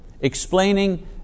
explaining